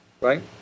right